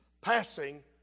passing